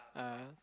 ah